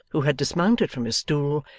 who had dismounted from his stool,